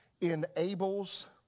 enables